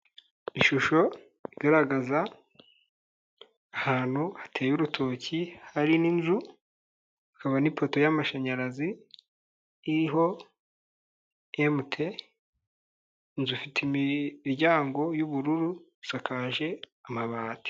Ishusho igaragaza ahantu hateye urutoki hari n'inzu, hakaba n'ipoto y'amashanyarazi iriho MT, inzu ifite imiryango y'ubururu isakaje amabati.